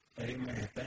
Amen